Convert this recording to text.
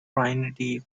trinity